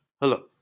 Hello